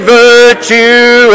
virtue